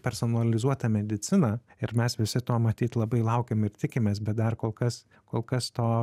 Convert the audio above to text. personalizuota medicina ir mes visi to matyt labai laukiam ir tikimės bet dar kol kas kol kas to